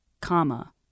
comma